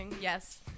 yes